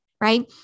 right